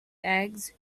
eggs